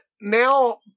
now